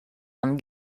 amb